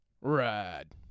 ride